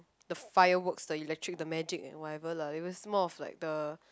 the fireworks the electric the magic and whatever lah it was more of like the